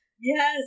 Yes